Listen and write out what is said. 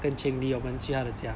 跟 cheng li 我们去她的家